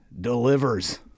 Delivers